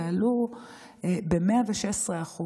ועלו ב-116%,